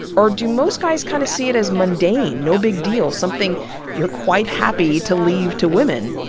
or do most guys kind of see it as mundane, no big deal, something you're quite happy to leave to women?